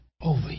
over